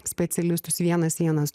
specialistus vienas vienas